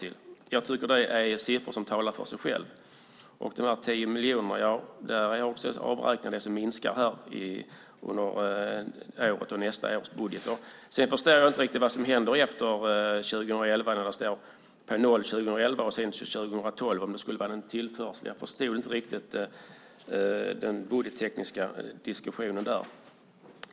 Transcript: Jag tycker att det är siffror som talar för sig själva. Från de 10 miljonerna får man avräkna det som minskar under året och i nästa års budget. Sedan förstår jag inte riktigt vad som händer efter 2011. Det står 0 för 2011 och så skulle det vara en tillförsel 2012. Jag förstod inte riktigt den budgettekniska diskussionen där.